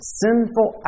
sinful